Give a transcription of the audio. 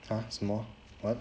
!huh! 什么 what